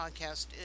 Podcast